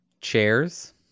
chairs